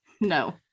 no